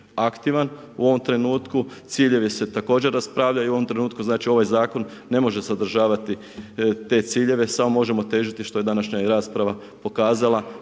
u ovom trenutku, ciljevi se također raspravljaju u ovom trenutku, znači ovaj zakon ne može sadržavati te ciljeve, samo možemo težiti, što je današnja i rasprava pokazala,